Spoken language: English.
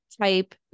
type